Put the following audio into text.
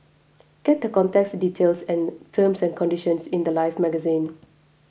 get the contest details and terms and conditions in the Life magazine